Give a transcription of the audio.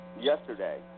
yesterday